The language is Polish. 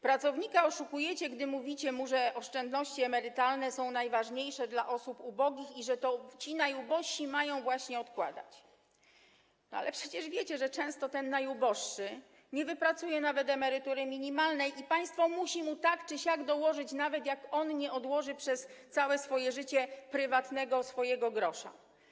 Pracownika oszukujecie, gdy mówicie mu, że oszczędności emerytalne są najważniejsze dla osób ubogich i że to ci najubożsi mają właśnie odkładać, ale przecież wiecie, że często ten najuboższy nie wypracuje nawet emerytury minimalnej i państwo musi mu tak czy siak dołożyć, nawet jak on nie odłoży przez całe swoje życie prywatnego grosza.